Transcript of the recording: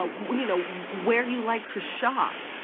ah where you know where you like to shop,